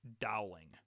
Dowling